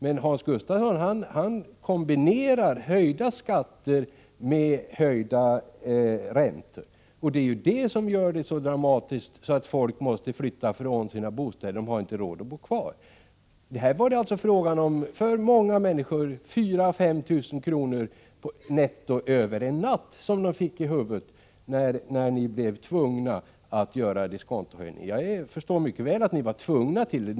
Men Hans Gustafsson kombinerar höjda skatter med höjda räntor. Det är det som gör det så dramatiskt att folk måste flytta ifrån sina bostäder. De har inte råd att bo kvar. För många människor var det fråga om 4 000-5 000 kr. netto över en natt, när ni blev tvungna att genomföra diskontohöjningen. Jag förstår mycket väl att ni var tvungna till det.